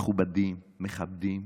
מכובדים, מכבדים,